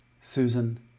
Susan